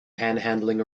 panhandling